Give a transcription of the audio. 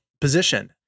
position